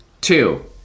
two